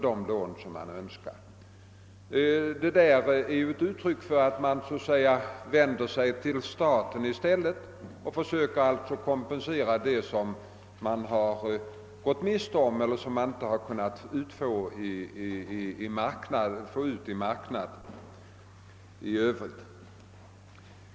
Detta är ett uttryck för att man vänder sig till staten för att kompensera det kapital som man ej lyckats uppbringa på den allmänna lånemarknaden.